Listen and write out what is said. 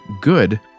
good